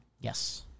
Yes